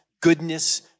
goodness